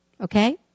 okay